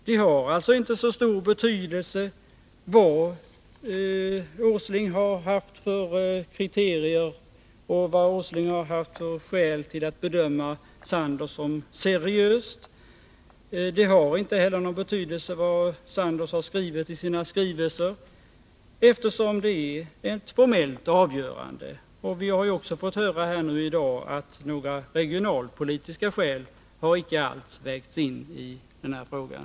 Det har alltså inte så stor betydelse vilka kriterier Nils Åsling har haft och vilka hans skäl har varit för att bedöma Sandoz som seriöst. Det har inte heller någon betydelse vad Sandoz har uttalat i sina skrivelser, eftersom det är ett formellt avgörande. Vi har också fått veta i dag att några regionalpolitiska skäl icke har vägts in vid behandlingen av frågan.